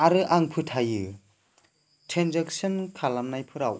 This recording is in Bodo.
आरो आं फोथायो ट्रेनजेक्सन खालामनायफोराव